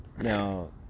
Now